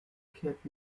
kehrt